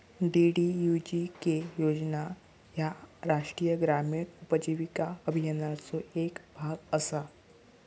DDUGK योजना ह्या राष्ट्रीय ग्रामीण उपजीविका अभियानाचो येक भाग असा